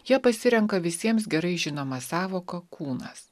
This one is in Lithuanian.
jie pasirenka visiems gerai žinomą sąvoką kūnas